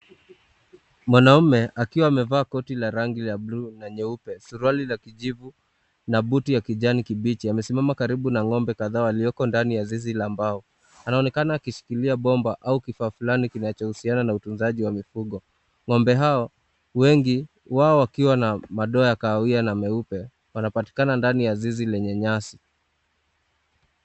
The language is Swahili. Mwanaume akiwa amevaa koti la rangi ya buluu na nyeupe, suruali la kijivu na buti ya kijani kibichi amesimama karibu na ng'ombe kadhaa walioko kwa zizi la mbao anaonekana akishikilia bomba ama kifa afulani kinachohusiana na utunzaji wa mifugo.Ng'ombe hao wengi wao wakiwa na madoa ya kahawia na meupe wanapatikana katika zizi lenye nyasi.